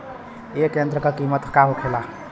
ए यंत्र का कीमत का होखेला?